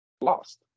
lost